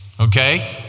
Okay